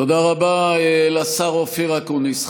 תודה רבה לשר אופיר אקוניס.